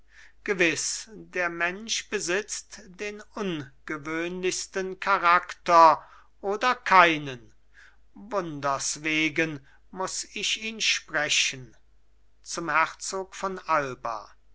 gewiß der mensch besitzt den ungewöhnlichsten charakter oder keinen wunders wegen muß ich ihn sprechen zum herzog alba